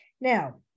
Now